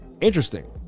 Interesting